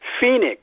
Phoenix